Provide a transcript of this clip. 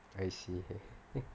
I see